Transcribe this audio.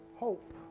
Hope